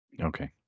Okay